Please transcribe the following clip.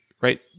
right